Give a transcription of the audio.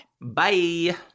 Bye